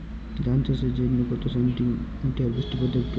ধান চাষের জন্য কত সেন্টিমিটার বৃষ্টিপাতের প্রয়োজন?